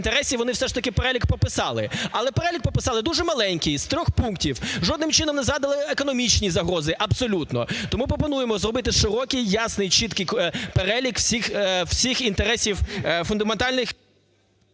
вони все ж таки перелік прописали. Але перелік прописали дуже маленький з трьох пунктів, жодним чином не згадали економічні загрози, абсолютно. Тому пропонуємо зробити широкий, ясний, чіткий перелік всіх інтересів фундаментальних…